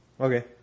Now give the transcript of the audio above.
Okay